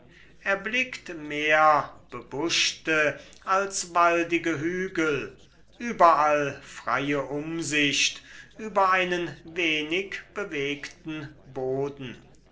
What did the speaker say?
erblickt mehr bebuschte als waldige hügel überall freie umsicht über einen wenig bewegten boden